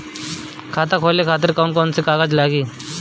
खाता खोले खातिर कौन कौन कागज लागी?